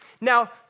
Now